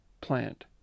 plant